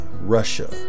Russia